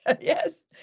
yes